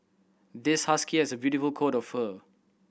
this husky has a beautiful coat of fur